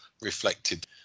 reflected